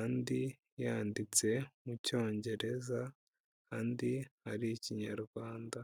andi yanditse mu Cyongereza, andi ari Ikinyarwanda.